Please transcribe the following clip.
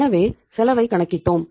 எனவே செலவை கணக்கிட்டோம்